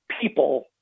people